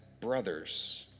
brothers